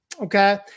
okay